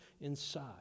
inside